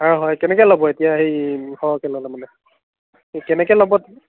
অঁ হয় কেনেকৈ ল'ব এতিয়া সেই সৰহকৈ ল'লে মানে কেনেকৈ ল'ব